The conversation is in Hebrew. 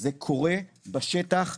זה קורה בשטח.